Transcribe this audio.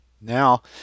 now